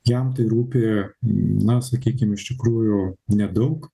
jam tai rūpi na sakykim iš tikrųjų nedaug